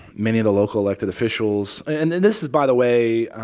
many of the local elected officials. and this is, by the way,